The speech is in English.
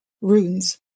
runes